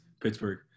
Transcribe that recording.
Pittsburgh